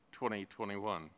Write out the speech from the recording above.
2021